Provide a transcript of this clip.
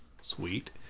Sweet